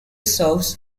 serves